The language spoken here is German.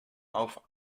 auf